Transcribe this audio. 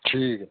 ਠੀਕ ਹੈ